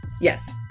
Yes